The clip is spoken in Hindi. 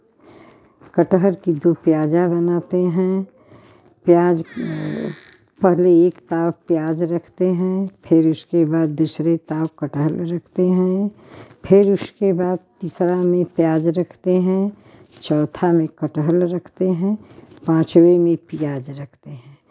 कटहल की दो प्याजा बनाते हैं प्याज पहले एक ताव प्याज रखते हैं फिर उसके बाद दूसरे ताव कटहल रखते हैं फिर उसके बाद तीसरा में प्याज रखते हैं चौथा में कटहल रखते हैं पाँचवें में प्याज रखते हैं